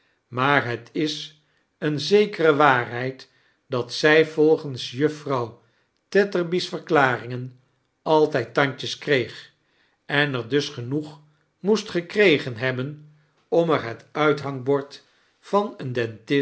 maar het is eene zekere waarheid dat zij volgens juffrouw tetterby's verklaringen altijd tandjes kreeg en er dus genoeg moest gekregem hebben om er het uithangbord van een